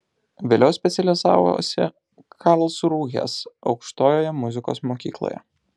vėliau specializavosi karlsrūhės aukštojoje muzikos mokykloje